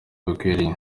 bikwiriye